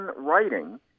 writing